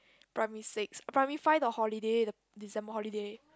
primary six primary five the holiday the December holiday